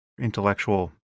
intellectual